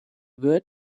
wird